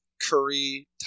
Curry